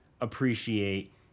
appreciate